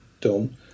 done